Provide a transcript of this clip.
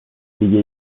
دیگه